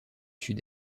sud